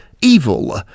evil